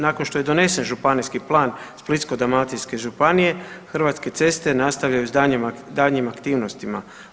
Nakon što je donesen županijski plan Splitsko-dalmatinske županije Hrvatske ceste nastavljaju s daljnjim aktivnostima.